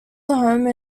home